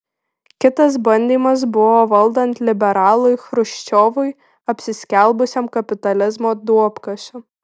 kitas bandymas buvo valdant liberalui chruščiovui apsiskelbusiam kapitalizmo duobkasiu